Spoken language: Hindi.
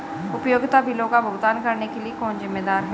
उपयोगिता बिलों का भुगतान करने के लिए कौन जिम्मेदार है?